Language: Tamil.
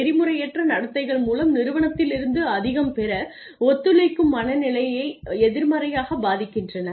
நெறிமுறையற்ற நடத்தைகள் மூலம் நிறுவனத்திலிருந்து அதிகம் பெற ஒத்துழைக்கும் மனநிலையை எதிர்மறையாகப் பாதிக்கின்றன